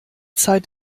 zeit